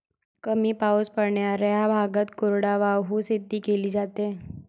कमी पाऊस पडणाऱ्या भागात कोरडवाहू शेती केली जाते